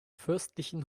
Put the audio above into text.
fürstlichen